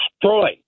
destroyed